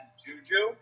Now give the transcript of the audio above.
juju